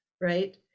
right